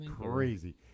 crazy